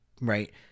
right